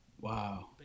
Wow